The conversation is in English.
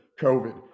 covid